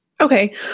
Okay